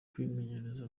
kwimenyereza